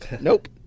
Nope